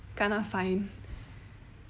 kena fine